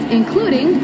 including